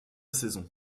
saisons